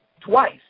twice